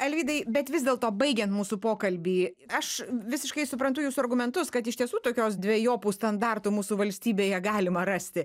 alvydai bet vis dėlto baigiant mūsų pokalbį aš visiškai suprantu jūsų argumentus kad iš tiesų tokios dvejopų standartų mūsų valstybėje galima rasti